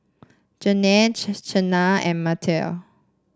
Janel Cena and Mattye